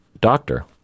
doctor